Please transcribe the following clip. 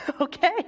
Okay